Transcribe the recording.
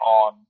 on